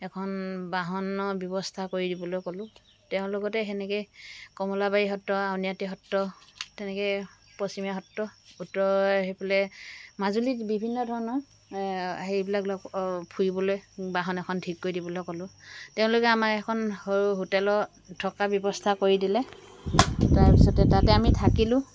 এখন বাহনৰ ব্যৱস্থা কৰি দিবলৈ ক'লোঁ তেওঁ লগতেই সেনেকৈ কমলাবাৰী সত্ৰ আউনীআটি সত্ৰ তেনেকৈ পশ্চিমীয়া সত্ৰ উত্তৰ সেইফালে মাজুলীত বিভিন্ন ধৰণৰ হেৰিবিলাক ফুৰিবলৈ বাহন এখন ঠিক কৰি দিবলৈ ক'লোঁ তেওঁলোকে আমাক এখন সৰু হোটেলৰ থকা ব্যৱস্থা কৰি দিলে তাৰপিছতে তাতে আমি থাকিলোঁ